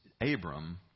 Abram